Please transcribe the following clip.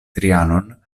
trianon